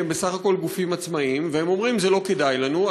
כי הן בסך הכול גופים עצמאיים והן אומרות: זה לא כדאי לנו.